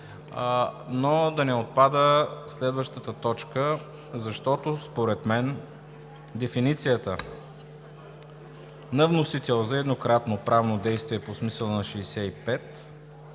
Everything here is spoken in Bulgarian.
но да не отпада следващата точка, защото според мен дефиницията на вносителя за еднократно правно действие по смисъла на чл.